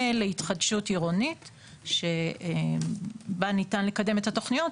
להתחדשות עירונית שבה ניתן לקדם את התוכניות,